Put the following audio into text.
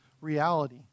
reality